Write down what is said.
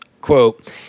quote